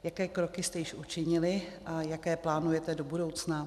Jaké kroky jste již učinili a jaké plánujete do budoucna?